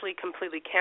completely